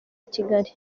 kigali